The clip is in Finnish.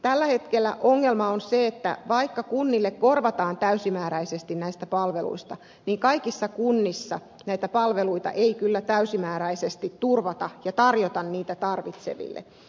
tällä hetkellä ongelma on se että vaikka kunnille korvataan täysimääräisesti näistä palveluista niin kaikissa kunnissa näitä palveluita ei kyllä täysimääräisesti turvata ja tarjota niitä tarvitseville